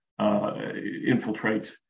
infiltrates